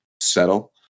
settle